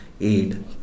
aid